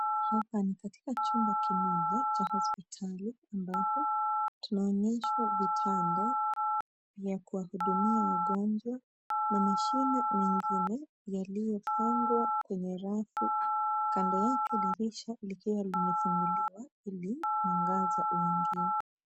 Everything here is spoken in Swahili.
Hapa ni katika chumba kimoja cha hospitali ambapo tunaonyeshwa vitanda vya kuwahudumia wagonjwa na mashine nyingine yaliyopangwa kwenye rafu, kando yake dirisha likiwa limefunguliwa ili mwangaza uingie.